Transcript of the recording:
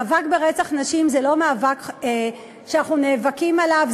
מאבק ברצח נשים זה לא מאבק שאנחנו נאבקים עליו,